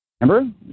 Remember